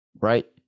Right